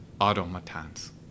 automatons